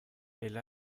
elle